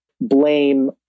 blame